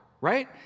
right